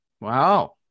Wow